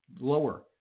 lower